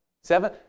seven